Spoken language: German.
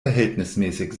verhältnismäßig